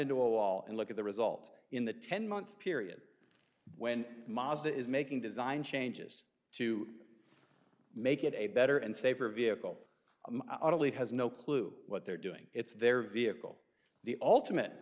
into a wall and look at the result in the ten month period when mazda is making design changes to make it a better and safer vehicle not only has no clue what they're doing it's their vehicle the ultimate